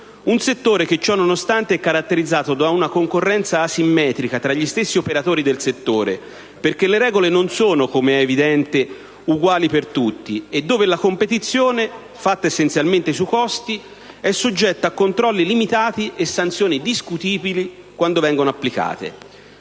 Un settore che ciò nonostante è caratterizzato da una concorrenza asimmetrica tra gli stessi operatori del settore, perché le regole non sono, come è evidente, uguali per tutti, e dove la competizione, fatta essenzialmente sui costi, è soggetta a controlli limitati e sanzioni discutibili, quando vengono applicate.